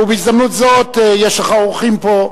ובהזדמנות זאת יש לך אורחים פה.